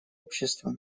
общества